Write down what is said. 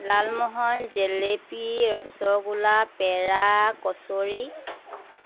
Lalmohan jalebi rasgulla pera কচুৰি